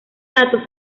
datos